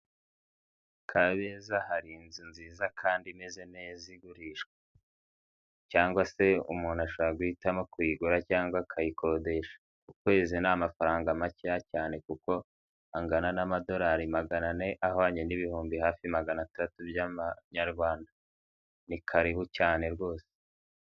Kabeza hari inzu nziza kandi imezeze neza igurishwa, cyangwa se umuntu ashobora guhitamo kuyigura cyangwa akayikodesha ukwezi ni amafaranga make cyane kuko angana n'amadorari magana ane ahwanye n'ibihumbi hafi magana atatu by'amanyarwanda ntikariho cyane rwose.